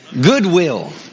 Goodwill